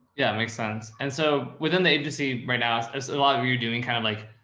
yeah, it makes sense. and so within the agency right now, a lot of you're you're doing kind of like.